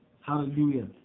Hallelujah